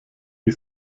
die